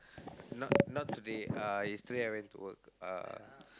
not not today uh yesterday I went to work uh